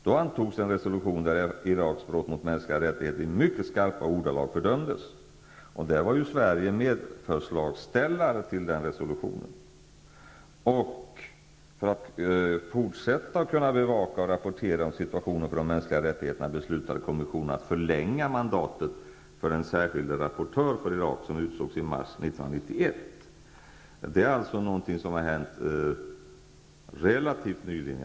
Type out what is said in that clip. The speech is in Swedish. I denna resolution fördömdes i mycket skarpa ordalag Iraks brott mot de mänskliga rättigheterna. Och Sverige var medförslagsställare till denna resolution. Kommissionen beslutade att förlänga mandatet för den särskilde rapportören för Irak, som utsågs i mars 1991, för att han skulle kunna fortsätta att bevaka och rapportera om situationen när det gäller de mänskliga rättigheterna. Detta är alltså något som har hänt relativt nyligen.